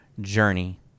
journey